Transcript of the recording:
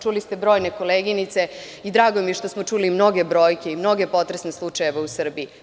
Čuli ste brojne koleginice i drago mi je što smo čuli mnoge brojke i mnoge potresne slučajeve u Srbiji.